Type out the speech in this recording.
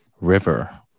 river